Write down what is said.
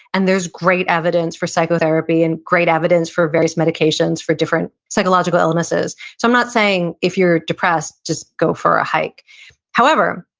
and there's great evidence for psychotherapy, and great evidence for various medications for different psychological illnesses. so i'm not saying if you're depressed, just go for a hike however,